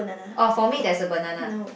oh for me there's a banana